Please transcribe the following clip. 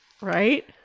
right